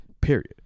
period